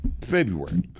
February